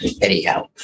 anyhow